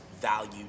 value